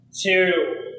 two